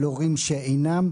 של הורים שאינם?